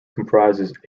comprises